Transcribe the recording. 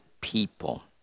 people